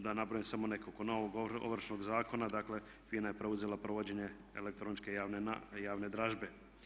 Da brojim samo nekoliko: novog Ovršnog zakona, dakle FINA je preuzela provođenje elektroničke javne dražbe.